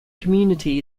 community